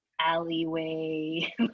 alleyway